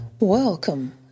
welcome